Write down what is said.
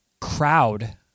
crowd